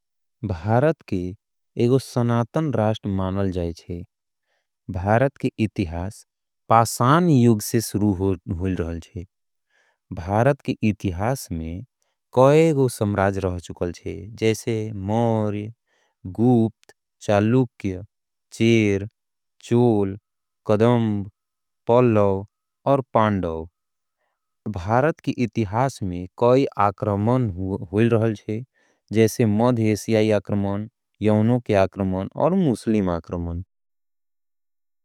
भारत के एक गो सनातन राष्ट्र मनाल जाल रहल छे। भारत के इतिहास पाषाण युग से शुरू होल रहल छे। भारत के इतिहास में कई गो सम्राज्य रहल चूकल है। जैसे मौर्य गुप्त चोल चालुक्य कदंब पल्लव और पांडव। भारत के इतिहास में कई आक्रमण होयल रहल छे। जैसे यमन आक्रमण मुस्लिम आक्रमण।